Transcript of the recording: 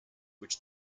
which